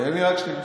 תן לי רק שנייה.